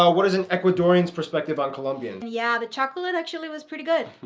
um what is it ecuadorians perspective on colombian? yeah, the chocolate actually was pretty good.